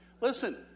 Listen